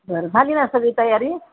बरं झाली ना सगळी तयारी